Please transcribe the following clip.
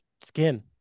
skin